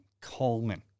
Coleman